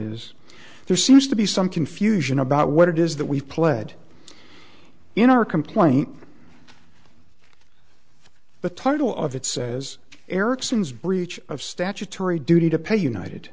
is there seems to be some confusion about what it is that we've pled in our complaint but title of it says erickson's breach of statutory duty to pay united